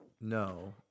No